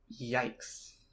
Yikes